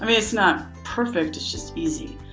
i mean it's not perfect. it's just easy.